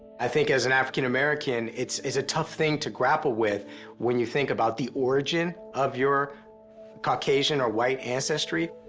i think as an african american, it's a tough thing to grapple with when you think about the origin of your caucasian, or white ancestry,